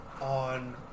on